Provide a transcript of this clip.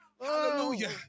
Hallelujah